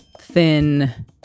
thin